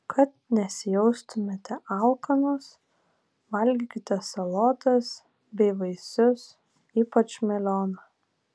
kad nesijaustumėte alkanos valgykite salotas bei vaisius ypač melioną